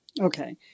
Okay